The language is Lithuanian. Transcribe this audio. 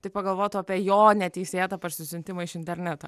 tai pagalvotų apie jo neteisėtą parsisiuntimą iš interneto